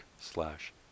slash